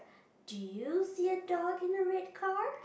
do you see a dog in a red car